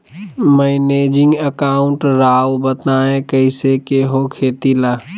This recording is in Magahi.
मैनेजिंग अकाउंट राव बताएं कैसे के हो खेती ला?